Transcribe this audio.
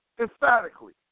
emphatically